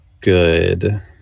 good